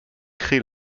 créée